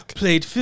played